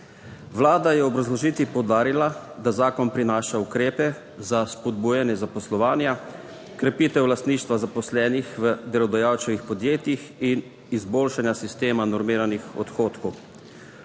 Vlada je v obrazložitvi poudarila, da zakon prinaša ukrepe za spodbujanje zaposlovanja, krepitev lastništva zaposlenih v delodajalčevih podjetjih in izboljšanja sistema normiranih odhodkov.